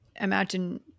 imagine